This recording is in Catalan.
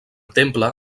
temple